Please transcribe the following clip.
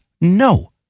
No